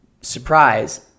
Surprise